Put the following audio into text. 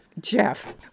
Jeff